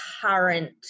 current